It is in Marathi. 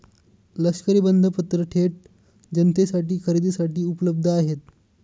लष्करी बंधपत्र थेट जनतेसाठी खरेदीसाठी उपलब्ध आहेत